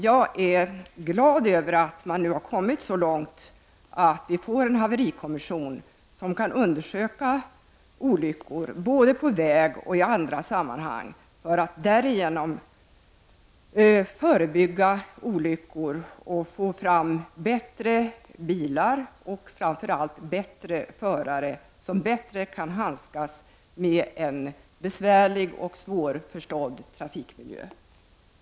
Jag är glad över att man nu har kommit så långt att vi får en haverikommission, som kan undersöka olyckor både på väg och i andra sammanhang för att därigenom förebygga olyckor och få fram bättre bilar och framför allt bättre förare, som bättre kan handskas med en besvärlig och svårförstådd trafikmiljö.